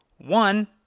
One